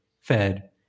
fed